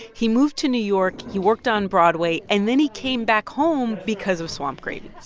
he moved to new york. he worked on broadway. and then he came back home because of swamp gravy.